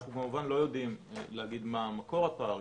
אנחנו כמובן לא יודעים להגיד מה מקור הפערים,